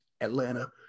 Atlanta